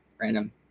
random